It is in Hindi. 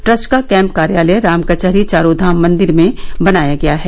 ट्रस्ट का कँप कार्यालय राम कचहरी चारों धाम मंदिर में बनाया गया है